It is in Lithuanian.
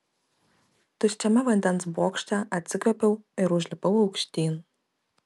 tuščiame vandens bokšte atsikvėpiau ir užlipau aukštyn